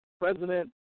President